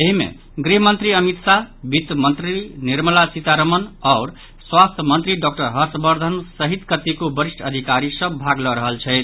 एहि मे गृह मंत्री अमित शाह वित्त मंत्री निर्मला सीतारमण आओर स्वास्थ्य मंत्री डॉक्टर हर्षबर्धन सहित कतेको वरिष्ठ अधिकारी सभ भाग लऽ रहल छथि